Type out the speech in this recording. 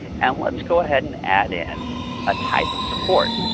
and let's go ahead and add in a type of support.